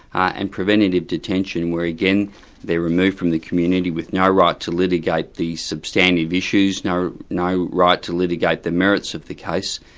and preventative detention, where again they're removed from the community with no right to litigate the substantive issues, no no right to litigate the merits of the case.